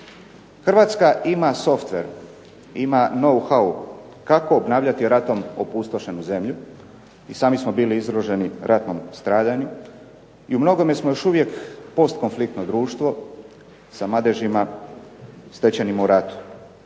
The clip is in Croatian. Hrvatska ima software, ima know how, kako obnavljati ratom opustošenu zemlju. I sami smo bili izloženi ratnom stradanju i u mnogome smo još uvijek post konfliktno društvo sa madežima stečenim u ratu.